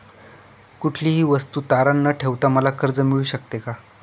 कुठलीही वस्तू तारण न ठेवता मला कर्ज मिळू शकते का?